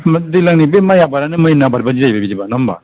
होमबा दैलांनि बै आबादानो मेन आबाद बायदि जाहैबाय नङा होनबा